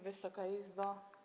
Wysoka Izbo!